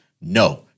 No